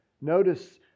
Notice